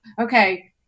okay